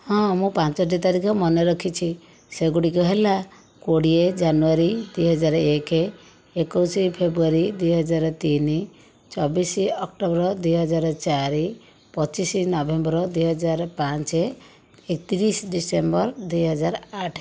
ହଁ ମୁଁ ପାଞ୍ଚୋଟି ତାରିଖ ମନେ ରଖିଛି ସେଗୁଡ଼ିକ ହେଲା କୋଡ଼ିଏ ଜାନୁଆରୀ ଦୁଇହଜାର ଏକ ଏକୋଇଶ ଫେବୃଆରୀ ଦୁଇ ହଜାର ତିନି ଚବିଶ ଅକ୍ଟୋବର ଦୁଇ ହଜାର ଚାରି ପଚିଶ ନଭେମ୍ବର ଦୁଇ ହଜାର ପାଞ୍ଚ ଏକତିରିଶ ଡିସେମ୍ବର ଦୁଇ ହଜାର ଆଠ